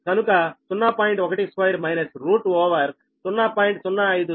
12 minus root over 0